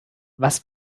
was